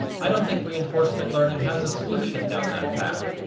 i don't think reinforcement learning has a solution down that path.